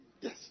Yes